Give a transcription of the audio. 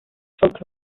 folklore